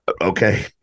Okay